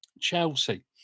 Chelsea